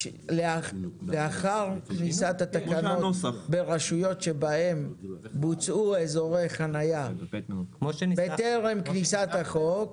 לאחר כניסת התקנות ברשויות שבהן בוצעו אזורי חנייה בטרם כניסת החוק,